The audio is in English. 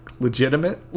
Legitimate